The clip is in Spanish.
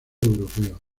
europeo